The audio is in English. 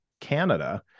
Canada